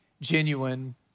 genuine